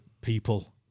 people